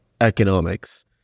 economics